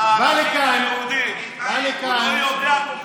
תבוא עם הדגל בפעם הבאה.